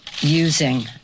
using